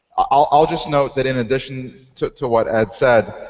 i'll i'll just not that in addition to to what ed said,